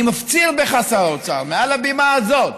אני מפציר בך, שר האוצר, מעל הבימה הזאת,